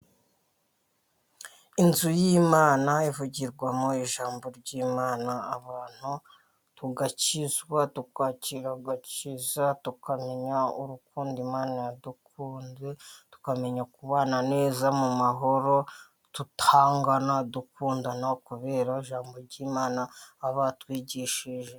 Inzu y'Imana ivugirwamo ijambo ry'Imana, abantu tugakizwa tukakira agakiza, tukamenya urukundo Imana yadukunze, tukamenya kubana neza mu mahoro tutangana, dukundana kubera ijambo ry'Imana batwigishije.